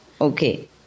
Okay